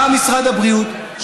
בא משרד הבריאות,